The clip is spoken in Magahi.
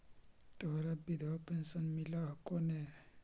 तोहरा विधवा पेन्शन मिलहको ने?